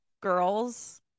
girls